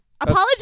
apology